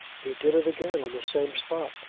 he did it again on the same spot,